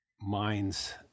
minds